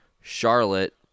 Charlotte